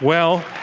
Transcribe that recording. well,